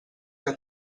que